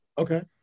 Okay